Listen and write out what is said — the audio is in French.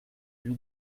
lui